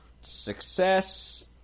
success